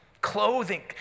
Clothing